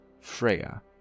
Freya